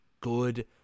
good